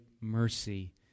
mercy